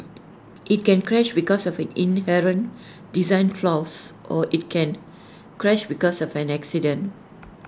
IT can crash because of inherent design flaws or IT can crash because of an accident